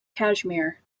kashmir